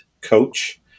coach